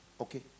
Okay